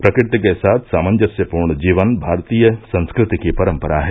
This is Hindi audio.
प्रकृति के साथ सामंजस्यपूर्ण जीवन भारतीय संस्कृति की परम्परा है